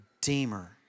Redeemer